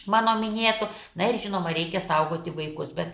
mano minėtų na ir žinoma reikia saugoti vaikus bet